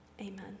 Amen